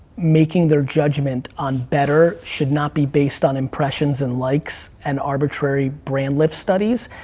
making their judgment on better should not be based on impressions and likes, and arbitrary brand lift studies.